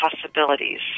possibilities